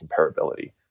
comparability